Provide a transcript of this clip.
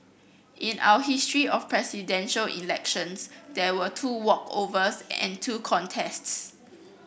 in our history of Presidential Elections there were two walkovers and two contests